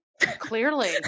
clearly